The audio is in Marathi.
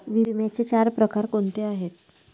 विम्याचे चार प्रकार कोणते आहेत?